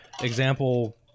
example